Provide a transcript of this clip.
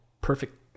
perfect